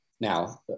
Now